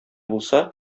булса